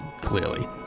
clearly